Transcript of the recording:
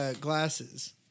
glasses